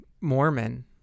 Mormon